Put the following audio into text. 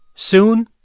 soon,